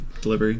delivery